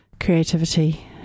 creativity